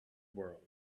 world